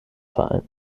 vereins